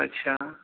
अच्छा